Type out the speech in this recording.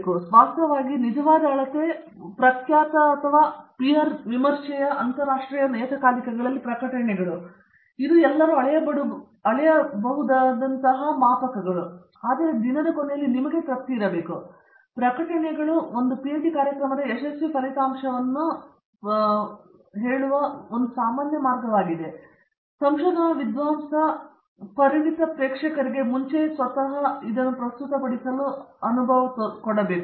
ಮತ್ತು ವಾಸ್ತವವಾಗಿ ನೀವು ನಿಜವಾದ ಅಳತೆ ಪ್ರಖ್ಯಾತ ಮತ್ತು ಪೀರ್ ವಿಮರ್ಶೆ ಅಂತರರಾಷ್ಟ್ರೀಯ ನಿಯತಕಾಲಿಕಗಳಲ್ಲಿ ಪ್ರಕಟಣೆಗಳು ಎಂದು ಹೇಳಿರುವುದು ಪ್ರಕಟಣೆಗಳು ಒಂದು ಪಿಎಚ್ಡಿ ಕಾರ್ಯಕ್ರಮದ ಯಶಸ್ವಿ ಫಲಿತಾಂಶವನ್ನು ಪ್ರವೇಶಿಸುವ ಒಂದು ಸಾಮಾನ್ಯ ಮಾರ್ಗವಾಗಿದೆ ಮತ್ತು ಈ ಸಂಶೋಧನಾ ವಿದ್ವಾಂಸ ಪರಿಣಿತ ಪ್ರೇಕ್ಷಕರಿಗೆ ಮುಂಚೆಯೇ ಸ್ವತಃ ಅದನ್ನು ಪ್ರಸ್ತುತಪಡಿಸಲು ಇದು ಇರಬೇಕು